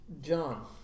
John